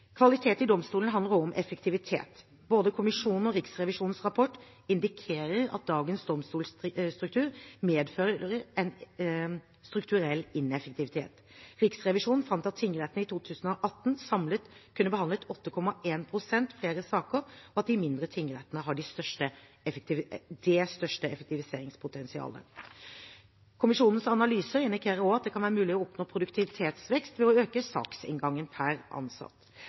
Kvalitet i domstolene handler også om effektivitet. Både kommisjonens og Riksrevisjonens rapport indikerer at dagens domstolstruktur medfører en strukturell ineffektivitet. Riksrevisjonen fant at tingrettene i 2018 samlet kunne behandlet 8,1 pst. flere saker, og at de mindre tingrettene har det største effektiviseringspotensialet. Kommisjonens analyser indikerer også at det kan være mulig å oppnå produktivitetsvekst ved å øke saksinngangen per ansatt.